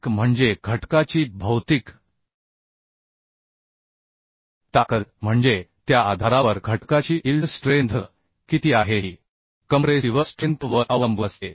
एक म्हणजे घटकाची भौतिक ताकद म्हणजे त्या आधारावर घटकाची ईल्ड स्ट्रेंथ किती आहे ही कंप्रेसिव्ह स्ट्रेंथ वर अवलंबून असते